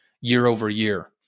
year-over-year